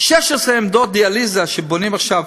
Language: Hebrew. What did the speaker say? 16 עמדות דיאליזה שבונים עכשיו,